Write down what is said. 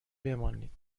بمانید